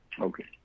Okay